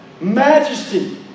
Majesty